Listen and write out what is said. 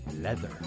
leather